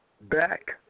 back